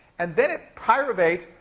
and then, at pyruvate,